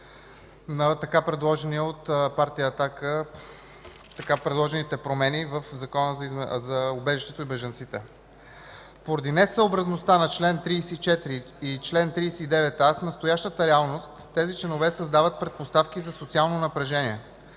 на така предложените промени в Закона за убежището и бежанците. Поради несъобразността на чл. 34 и чл. 39а с настоящата реалност тези членове създават предпоставки за социално напрежение.